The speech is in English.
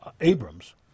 Abrams